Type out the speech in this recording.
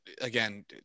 again